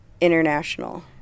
international